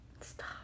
Stop